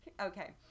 Okay